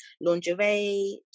lingerie